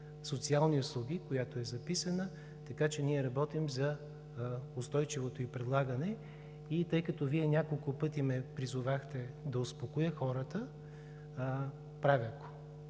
социални услуги, която е записана, така че ние работим за устойчивото ѝ прилагане. Тъй като Вие няколко пъти ме призовахте да успокоя хората – правя